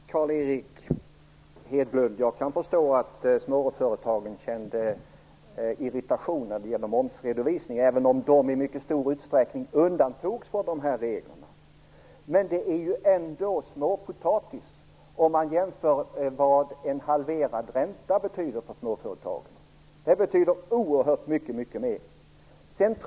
Fru talman! Jo då, Carl Erik Hedlund, jag kan förstå att småföretagarna kände irritation när det gäller momsredovisningen, även om de i mycket stor utsträckning undantogs från de här reglerna. Men det är ju ändå småpotatis i jämförelse med vad en halverad ränta betyder för småföretagen. Det betyder oerhört mycket mer.